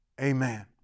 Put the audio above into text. Amen